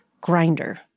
grinder